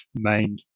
main